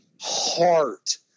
heart